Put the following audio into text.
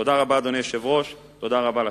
תודה רבה, אדוני היושב-ראש, תודה רבה לכם.